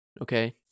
Okay